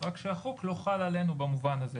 רק שהחוק לא חל עלינו במובן הזה.